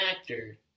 actor